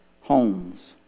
homes